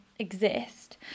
Exist